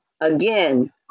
Again